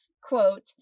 quote